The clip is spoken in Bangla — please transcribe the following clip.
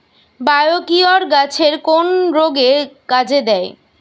বায়োকিওর গাছের কোন রোগে কাজেদেয়?